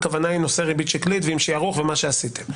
הכוונה היא ריבית שקלית עם שיערוך ומה שעשיתם.